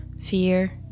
fear